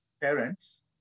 parents